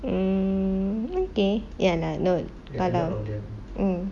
mm okay ya lah no kalau mm